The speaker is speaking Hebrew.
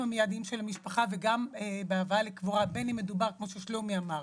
המידיים של המשפחה וגם בהבאה לקבורה בין אם מדובר בהסעות,